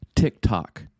TikTok